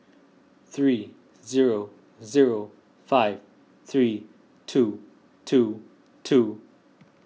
three zero zero five three two two two